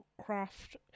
Craft